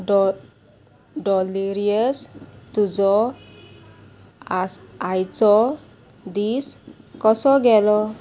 डो डॉलिरियस तुजो आस आयचो दीस कसो गेलो